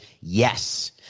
Yes